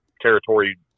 territory